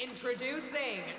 Introducing